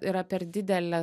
yra per didelė